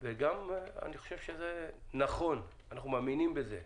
וגם אני חושב שזה נכון, אנחנו מאמינים בזה.